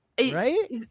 right